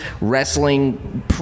wrestling